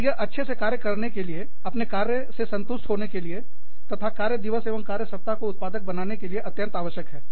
और यह अच्छे से कार्य करने के लिए अपने कार्य से संतुष्ट होने के लिए तथा कार्य दिवस एवं कार्य सप्ताह को उत्पादक बनाने के लिए अत्यंत आवश्यक है